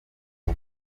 cyo